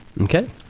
Okay